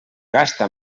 gasta